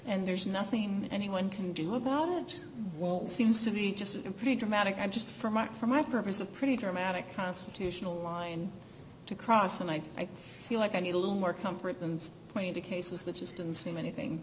and there's nothing anyone can do about it seems to me just a pretty dramatic i just for my for my purpose of pretty dramatic constitutional line to cross and i feel like i need a little more comfort than pointing to cases that just didn't seem anything